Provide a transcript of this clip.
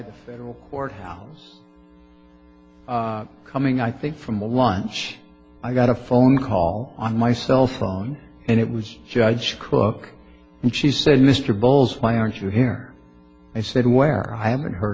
the federal courthouse coming i think from a lunch i got a phone call on my cell phone and it was judge cook and she said mr bowles why aren't you here i said where i haven't heard